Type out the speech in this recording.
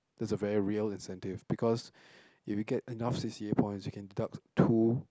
that's a very real incentive because if you get enough C_C_A points you can deduct two